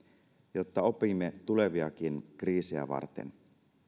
jotta opimme tuleviakin kriisejä varten